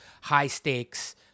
high-stakes